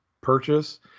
purchase